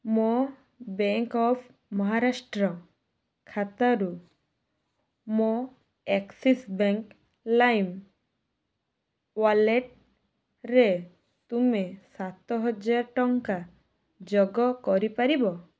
ମୋ Bank of Maharashtra ଖାତାରୁ ମୋ ଆକ୍ସିସ୍ ବ୍ୟାଙ୍କ୍ ଲାଇମ୍ ୱାଲେଟ୍ରେ ତୁମେ ସାତ ହଜାର ଟଙ୍କା ଯୋଗ କରିପାରିବ